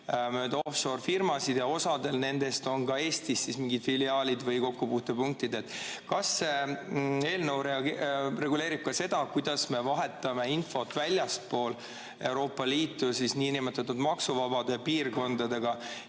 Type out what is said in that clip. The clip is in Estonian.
möödaoffshore-firmasid ja osal nendest on ka Eestis mingid filiaalid või Eestiga kokkupuutepunktid. Kas see eelnõu reguleerib ka seda, kuidas me vahetame infot väljaspool Euroopa Liitu asuvate niinimetatud maksuvabade piirkondadega?